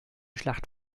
schlacht